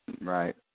Right